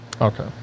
Okay